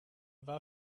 war